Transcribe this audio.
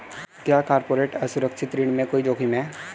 क्या कॉर्पोरेट असुरक्षित ऋण में कोई जोखिम है?